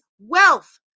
wealth